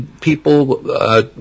people